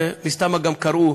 ומסתמא גם קראו,